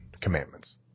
commandments